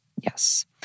Yes